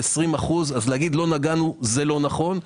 לומר שלא נגענו זה לא נכון.